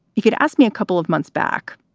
you could ask me a couple of months back,